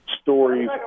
stories